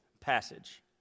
passage